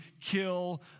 kill